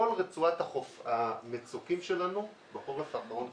בכל רצועת החוף המצוקים שלנו בחורף האחרון קרסו.